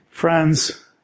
Friends